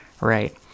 right